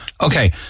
Okay